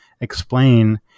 explain